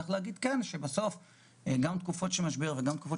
אבל צריך להגיד שגם תקופות של משבר וגם תקופות